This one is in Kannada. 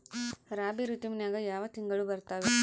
ರಾಬಿ ಋತುವಿನ್ಯಾಗ ಯಾವ ತಿಂಗಳು ಬರ್ತಾವೆ?